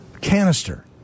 Canister